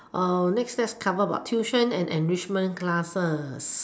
next card cover about tuition and enrichment classes